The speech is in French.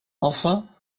enfin